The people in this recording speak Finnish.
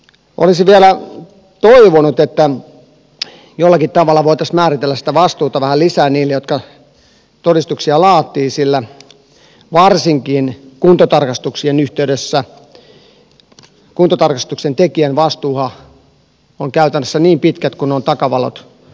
olisi vielä toivonut että jollakin tavalla voitaisiin määritellä sitä vastuuta vähän lisää niille jotka todistuksia laativat sillä varsinkin kuntotarkastuksien yhteydessä kuntotarkastuksen tekijän vastuuhan on käytännössä niin pitkään kuin on takavalot näkyvissä